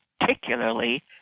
particularly